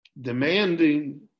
demanding